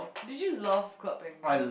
did you love Club Penguin